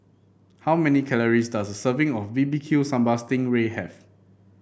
how many calories does a serving of B B Q Sambal Sting Ray have